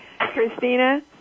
Christina